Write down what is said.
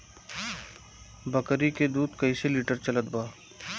बकरी के दूध कइसे लिटर चलत बा?